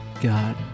God